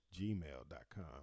gmail.com